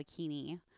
Bikini